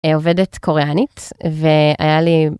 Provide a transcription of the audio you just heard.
עובדת קוריאנית והיה לי.